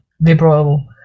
liberal